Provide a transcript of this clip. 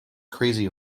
crazy